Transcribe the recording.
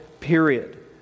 period